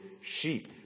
sheep